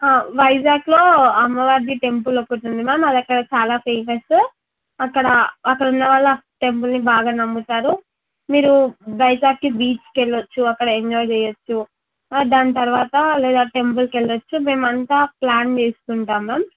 వైజాగ్లో అమ్మవారిది టెంపుల్ ఒకటి ఉంది మ్యామ్ అది అక్కడ చాలా ఫేమస్ అక్కడ అక్కడ ఉన్న వాళ్ళంత టెంపుల్ని బాగా నమ్ముతారు మీరు వైజాక్ బీచ్కు వెళ్ళచ్చు అక్కడ ఎంజాయ్ చేయచ్చు దాని తరువాత లేదా టెంపుల్కు వెళ్ళచ్చు మేము అంతా ప్లాన్ చేసుకుంటాం మ్యామ్